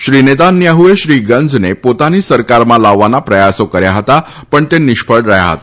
શ્રી નેતાન્યાહુએ શ્રી ગંઝને પોતાની સરકારમાં લાવવાના પ્રયાસો કર્યા હતા પણ તે નિષ્ફળ રહયાં હતા